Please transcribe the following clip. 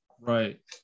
Right